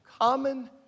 common